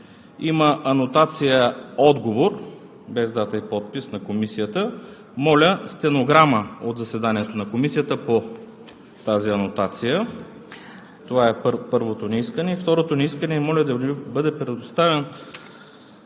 има анотация – отговор, без дата и подпис на Комисията. Моля стенограмата от заседанието на Комисията по тази анотация – това е първото ни искане. Второто ни искане е: моля да ни бъде предоставена